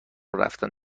ورفتن